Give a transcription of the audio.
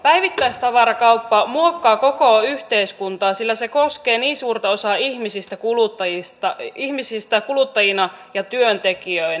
päivittäistavarakauppa muokkaa koko yhteiskuntaa sillä se koskee niin suurta osaa ihmisistä kuluttajina ja työntekijöinä